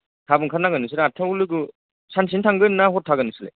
थाब ओंखारनांगोन नोंसोरो आतटायाव लोगो सानसेनो थांगोन ना हर थागोन नोंसोरलाय